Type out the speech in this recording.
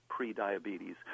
prediabetes